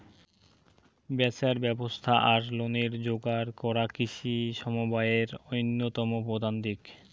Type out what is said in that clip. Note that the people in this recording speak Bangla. ব্যাচার ব্যবস্থা আর লোনের যোগার করা কৃষি সমবায়ের অইন্যতম প্রধান দিক